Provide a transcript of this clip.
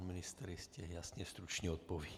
Pan ministr jistě jasně stručně odpoví.